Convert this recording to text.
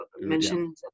mentioned